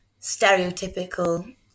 stereotypical